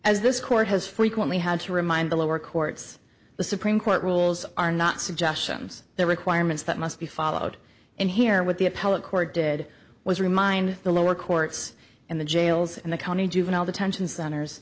as this court has frequently had to remind the lower courts the supreme court rules are not suggestions the requirements that must be followed and here with the appellate court did was remind the lower courts and the jails and the county juvenile detention center